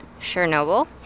Chernobyl